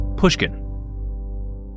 pushkin